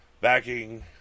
backing